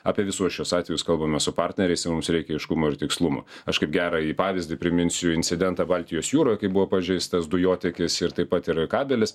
apie visuos šiuos atvejus kalbame su partneriais ir mums reikia aiškumo ir tikslumo aš kaip gerąjį pavyzdį priminsiu incidentą baltijos jūroj kai buvo pažeistas dujotiekis ir taip pat yra kabelis